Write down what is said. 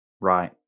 Right